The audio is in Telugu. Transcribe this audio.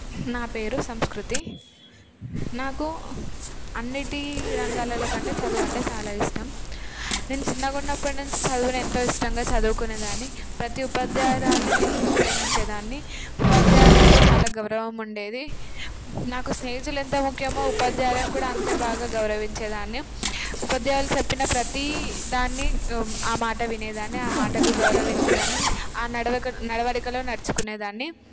నా పేరు సంస్కృతి నాకు అన్నింటి రంగాలలో కంటే చదువు అంటే చాలా ఇష్టం నేను చిన్నగా ఉన్నప్పటి నుంచి చదువుని ఎంతో ఇష్టంగా చదువుకునేదాన్ని ప్రతీ ఉపాధ్యాయురాలిని ప్రేమించేదాన్ని ఉపాధ్యాయులంటే చాలా గౌరవం ఉండేది నాకు స్నేహితులు ఎంత ముఖ్యమో ఉపాధ్యాయులను కూడా అంతే బాగా గౌరవించేదాన్ని ఉపాధ్యాయులు చెప్పిన ప్రతీదాన్ని ఆ మాట వినేదాన్ని ఆ మాటకు గౌరవించేదాన్ని ఆ నడవ నడవడికలో నడుచుకునే దాన్ని